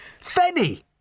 Fenny